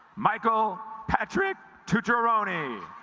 michael patrick tutor oni